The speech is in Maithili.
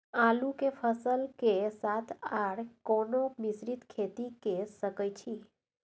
आलू के फसल के साथ आर कोनो मिश्रित खेती के सकैछि?